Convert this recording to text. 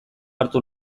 hartu